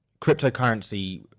cryptocurrency